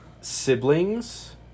siblings